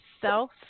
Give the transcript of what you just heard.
self